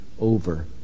over